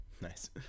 Nice